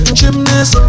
gymnast